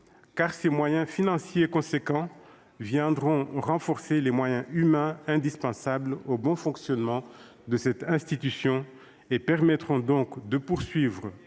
car ces moyens financiers importants viendront renforcer les moyens humains indispensables au bon fonctionnement de cette institution et permettront de poursuivre